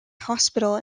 hospital